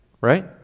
Right